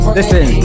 Listen